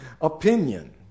opinion